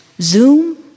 Zoom